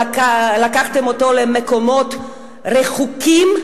למקומות רחוקים,